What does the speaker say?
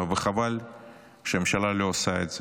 וחבל שהממשלה לא עושה את זה.